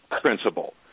principle